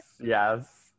yes